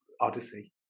Odyssey